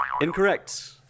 incorrect